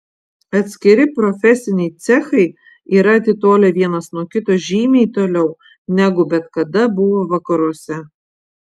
atskiri profesiniai cechai yra atitolę vienas nuo kito žymiai toliau negu bet kada buvo vakaruose